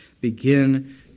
begin